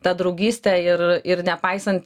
ta draugystė ir ir nepaisant